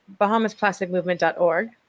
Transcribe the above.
bahamasplasticmovement.org